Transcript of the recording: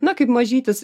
na kaip mažytis